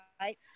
right